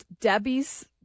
Debbie's